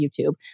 YouTube